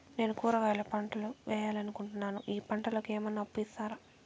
నేను కూరగాయల పంటలు వేయాలనుకుంటున్నాను, ఈ పంటలకు ఏమన్నా అప్పు ఇస్తారా?